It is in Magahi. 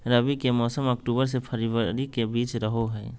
रबी के मौसम अक्टूबर से फरवरी के बीच रहो हइ